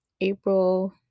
April